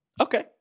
okay